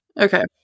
Okay